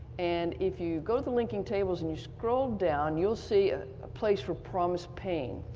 and if you go to the lipging tables and you scroll down, you'll see a ah place for promis pain,